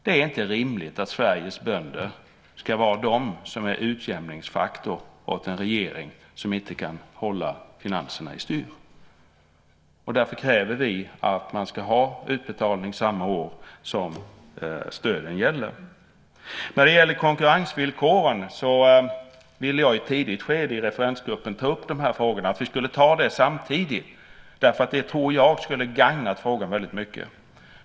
Det är inte rimligt att Sveriges bönder ska vara en utjämningsfaktor åt en regering som inte kan hålla finanserna i styr. Därför kräver vi att man ska ha utbetalning samma år som stöden gäller. När det gäller konkurrensvillkoren ville jag i ett tidigt skede i referensgruppen ta upp de här frågorna och att vi skulle ta dem samtidigt, därför att det tror jag skulle gagna frågan väldigt mycket.